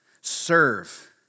serve